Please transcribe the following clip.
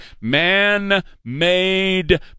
man-made